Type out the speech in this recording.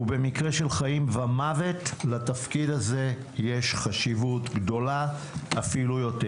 ובמקרה של חיים ומוות לתפקיד הזה יש חשיבות אפילו גדולה יותר.